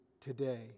today